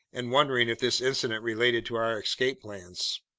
and wondering if this incident related to our escape plans.